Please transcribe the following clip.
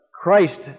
Christ